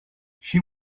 she